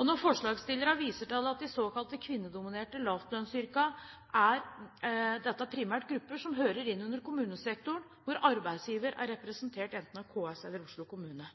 Når forslagsstillerne viser til de såkalte kvinnedominerte lavlønnsyrkene, er dette primært grupper som hører innunder kommunesektoren, hvor arbeidsgiver er representert enten av KS eller Oslo kommune.